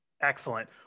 Excellent